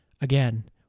again